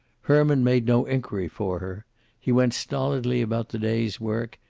herman made no inquiry for he went stolidly about the day's work,